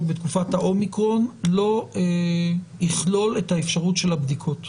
בתקופת ה-אומיקרון לא יכלול את האפשרות של הבדיקות.